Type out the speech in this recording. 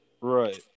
Right